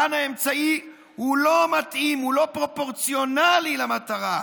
כאן האמצעי לא מתאים, לא פרופורציונלי למטרה.